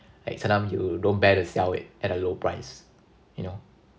like sometimes you don't bear to sell it at a low price you know